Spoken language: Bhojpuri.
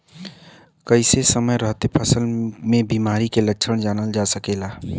कइसे समय रहते फसल में बिमारी के लक्षण जानल जा सकेला?